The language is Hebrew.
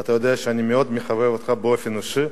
ואתה יודע שאני מאוד מחבב אותך באופן אישי,